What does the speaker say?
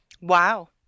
Wow